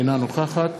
אינה נוכחת